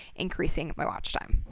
increasing my watch time.